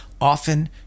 often